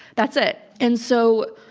that's it. and so,